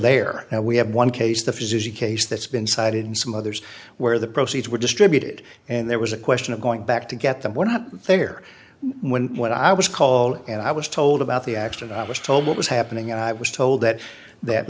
there now we have one case the physician case that's been cited in some others where the proceeds were distributed and there was a question of going back to get them were not there when what i was called and i was told about the action i was told what was happening i was told that that